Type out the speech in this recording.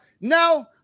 No